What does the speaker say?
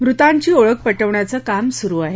मृतांची ओळख पटवण्याचं काम सुरू आहे